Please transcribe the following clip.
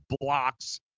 blocks